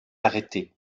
arrêté